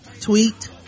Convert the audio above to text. tweet